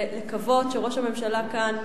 ולקוות שראש הממשלה כאן,